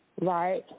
Right